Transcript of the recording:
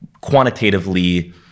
quantitatively